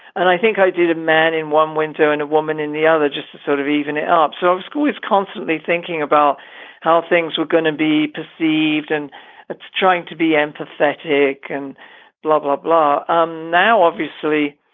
and i think i did a man in one window and a woman in the other just to sort of even even ah observe school is constantly thinking about how things were going to be perceived. and that's trying to be empathetic and blah, blah, blah. um now, obviously,